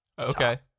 Okay